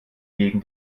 gegen